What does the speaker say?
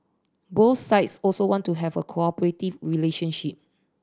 both sides also want to have a cooperative relationship